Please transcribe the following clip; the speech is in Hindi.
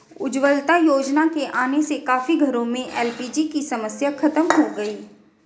उज्ज्वला योजना के आने से काफी घरों में एल.पी.जी की समस्या खत्म हो गई